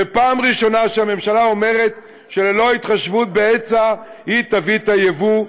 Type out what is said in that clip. ופעם ראשונה שהממשלה אומרת שללא התחשבות בהיצע היא תביא יבוא,